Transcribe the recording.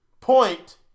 Point